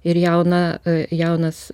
ir jauna jaunas